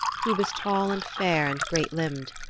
he was tall and fair and great-limbed,